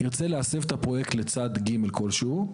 יוצא להסב את הפרויקט לצד ג' כלשהו.